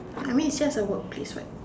I mean it's just a workplace what